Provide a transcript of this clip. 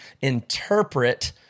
interpret